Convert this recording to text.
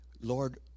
lord